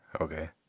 Okay